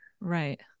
Right